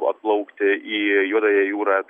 atplaukti į juodąją jūrą